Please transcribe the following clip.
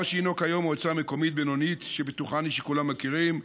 כפר שהינו היום מועצה מקומית בינונית שבטוחני שכולם מכירים,